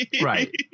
Right